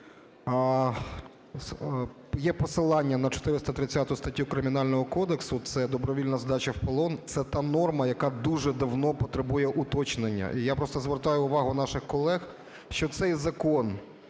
є посилання на 430 статтю Кримінального кодексу, це добровільна здача в полон, це та норма, яка дуже давно потребує уточнення. І я просто звертаю увагу наших колег, що цей закон,